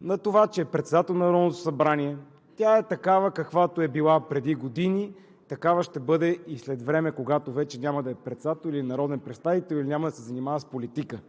на това, че е председател на Народното събрание, тя е такава, каквато е била преди години, такава ще бъде и след време, когато вече няма да е председател или народен представител и няма да се занимава с политика.